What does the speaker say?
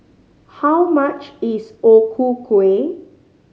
how much is O Ku Kueh